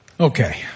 Okay